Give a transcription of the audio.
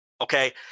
Okay